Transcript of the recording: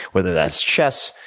whether that's chess,